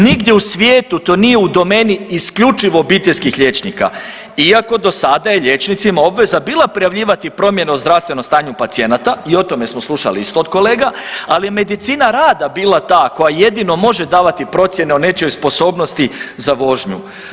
Nigdje u svijetu to nije u domeni isključivo obiteljskih liječnika iako dosada je liječnicima obveza bila prijavljivati promjene o zdravstvenom stanju pacijenata i o tome smo slušali isto od kolega, ali je medicina rada bila ta koja jedino može davati procjene o nečijoj sposobnosti za vožnju.